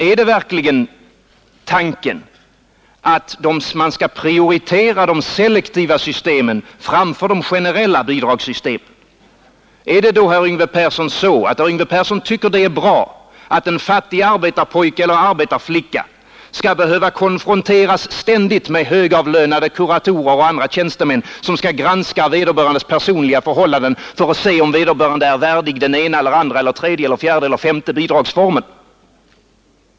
Är verkligen tanken att man skall prioritera de selektiva systemen framför de generella bidragssystemen? Tycker herr Persson det är bra att en fattig arbetarpojke eller arbetarflicka ständigt skall behöva konfronteras med högavlönade kuratorer och andra tjänstemän, som skall granska vederbörandes personliga förhållanden för att se om vederbörande är värdig den ena, andra, tredje, fjärde eller femte bidragsformen?